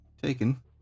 Taken